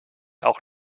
auch